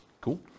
Cool